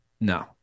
No